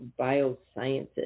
Biosciences